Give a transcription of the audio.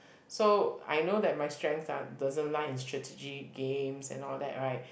so I know that my strength are doesn't lie in strategy games and all that right